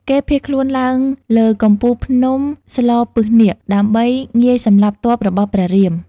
គេភៀសខ្លួនឡើងលើកំពូលភ្នំស្លពិសនាគ ដើម្បីងាយសម្លាប់ទ័ពរបស់ព្រះរាម។